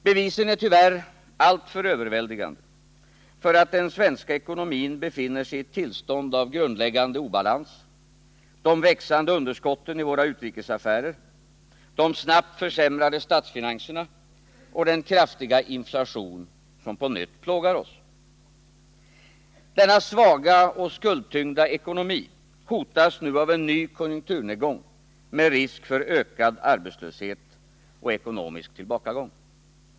Bevisen är tyvärr alltför överväldigande för att den svenska ekonomin befinner sig i ett tillstånd av grundläggande obalans — de växande underskotten i våra utrikes affärer, de snabbt försämrade statsfinanserna och den kraftiga inflation som på nytt plågar oss. Denna svaga och skuldtyngda ekonomi hotas nu av en ny konjunkturnedgång med risk för ökad arbetslöshet och ekonomisk tillbakagång.